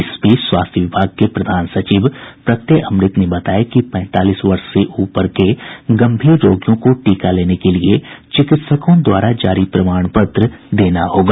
इस बीच स्वास्थ्य विभाग के प्रधान सचिव प्रत्यय अमृत ने बताया कि पैंतालीस वर्ष से ऊपर के गम्भीर रोगियों को टीका लेने के लिए चिकित्सकों द्वारा जारी प्रमाण पत्र देना होगा